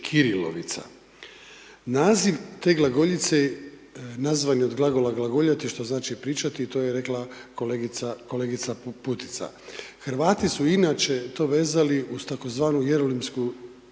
kirilovica. Naziv te glagoljice nazvane od glagola „glagoljati“ što znači pričati, to je rekla kolegica Putica. Hrvati su inače to vezali uz tzv. jeronimsku